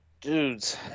dudes